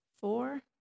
four